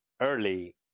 early